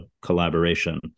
collaboration